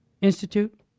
institute